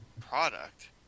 Product